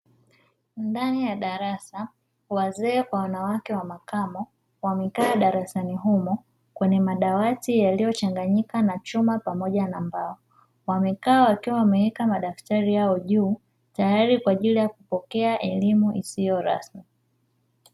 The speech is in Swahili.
Ndani ya darasa, wazee kwa wanawake wa makamo wamekaa darasani humo kwenye madawati yaliyochanganyika na chuma pamoja na mbao. Wamekaa wakiwa wameweka madaftari yao juu tayari kwa ajili ya kupokea elimu isiyo rasmi.